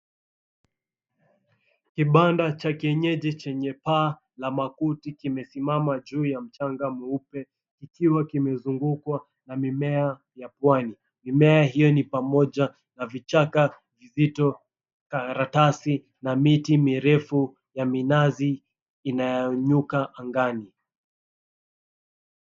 Kibanda cha kienyeji chenye paa la makuti kimesimama juu ya mchanga mweupe kikiwa kimezungukwa na mimea ya pwani. Mimea hiyo ni pamoja na vichaka vizito, karatasi na miti mirefu ya minazi inayonyanyuka angani.